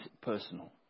personal